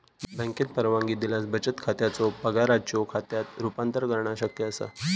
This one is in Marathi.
बँकेन परवानगी दिल्यास बचत खात्याचो पगाराच्यो खात्यात रूपांतर करणा शक्य असा